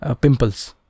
pimples